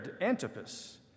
Antipas